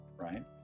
right